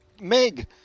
meg